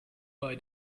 bei